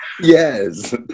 Yes